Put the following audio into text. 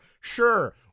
sure